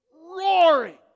roaring